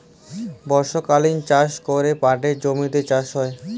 বর্ষকালীল চাষ ক্যরে পাটের জমিতে চাষ হ্যয়